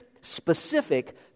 specific